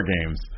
Games